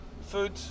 Food